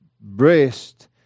breast